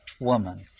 woman